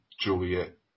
Juliet